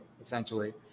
essentially